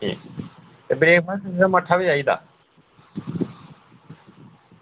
ठीक ते ब्रेकफास्ट च मट्ठा बी चाहिदा